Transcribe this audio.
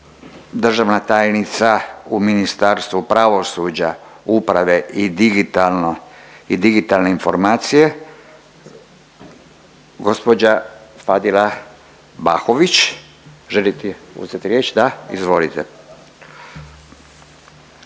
državna tajnica u Ministarstvu pravosuđa, uprave i digitalne informacije gospođa Fadila Bahović. Želite uzeti riječ? Da, izvolite.